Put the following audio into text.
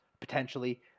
potentially